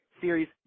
Series